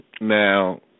now